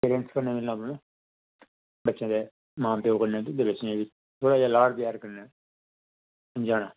बच्चें दे मां प्यो कन्नै ते थोह्ड़ा जेहा लाड प्यार कन्नै समझाना